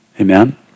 Amen